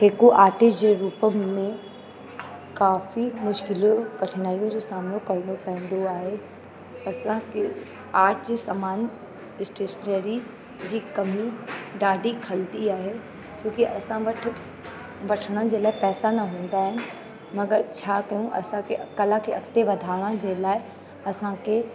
हिकु आर्टिस्ट जे रुप में काफ़ी मुश्किलूं कठिनायूं जो सामनो करिणो पवंदो आहे असांखे आर्ट जे सामान स्टेशनरी जी कमियूं ॾाढी खलंदी आहे छो कि असां वटि वठण जे लाइ पैसा न हूंदा आहिनि मगर छा कयूं असांखे कला खे अॻिते वधाइण जे लाइ असांखे